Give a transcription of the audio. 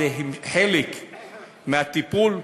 זה חלק מהטיפול?